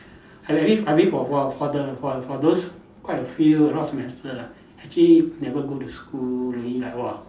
I live I live for for for the for for those quite a few a lot of semester actually never go to school really like !whoa!